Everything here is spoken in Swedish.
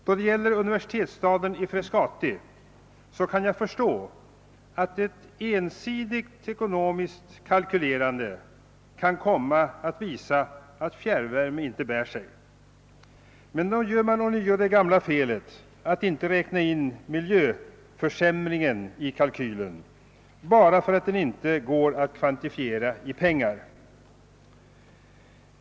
När det gäller universitetsstaden i Frescati kan jag förstå att ett ensidigt ekonomiskt kalkylerande kan komma att visa att fjärrvärme inte bär sig. Men vid sådana bedömningar gör man ånyo det gamla felet att inte räkna in miljö försämringen i kalkylen, bara för att den inte går att kvantifiera i pengar.